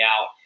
out